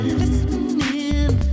listening